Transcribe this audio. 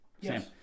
Yes